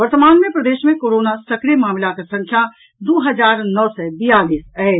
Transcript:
वर्तमान मे प्रदेश मे कोरोना सक्रिय मामिलाक संख्या दू हजार नओ सय बियालीस अछि